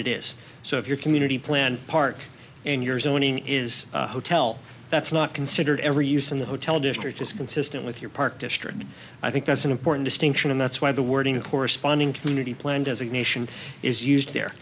it is so if your community plan park and yours owning is a hotel that's not considered every use in the hotel district is consistent with your park district i think that's an important distinction and that's why the wording of corresponding community plan designation is used there